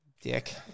dick